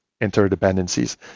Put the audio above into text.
interdependencies